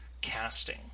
casting